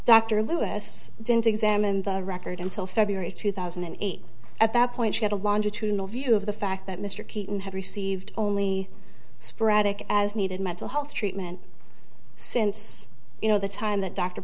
dr lewis didn't examine the record until february two thousand and eight at that point he had a longitudinal view of the fact that mr keating had received only sporadic as needed mental health treatment since you know the time that dr